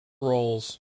roles